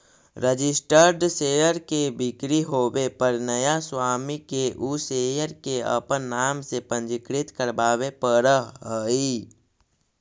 registered share के बिक्री होवे पर नया स्वामी के उ शेयर के अपन नाम से पंजीकृत करवावे पड़ऽ हइ